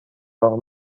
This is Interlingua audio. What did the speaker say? lor